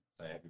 say